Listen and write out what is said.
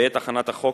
בעת הכנת החוק